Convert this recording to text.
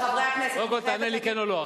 קודם תענה לי, כן או לא.